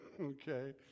Okay